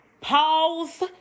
pause